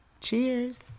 Cheers